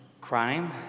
crime